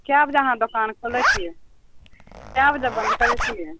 कए बजे अहाँ दोकान खोलय छियै कए बजे बन्द करय छियै